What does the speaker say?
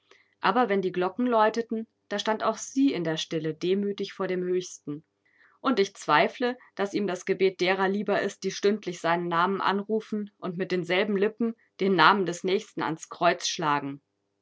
aber wenn die glocken läuteten da stand auch sie in der stille demütig vor dem höchsten und ich zweifle daß ihm das gebet derer lieber ist die stündlich seinen namen anrufen und mit denselben lippen den namen des nächsten ans kreuz schlagen